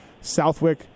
Southwick